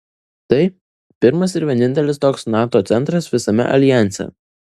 tai pirmas ir vienintelis toks nato centras visame aljanse